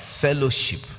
fellowship